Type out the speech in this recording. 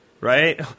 right